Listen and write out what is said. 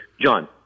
John